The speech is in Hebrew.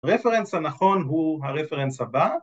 ‫הרפרנס הנכון הוא הרפרנס הבא.